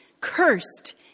Cursed